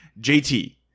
JT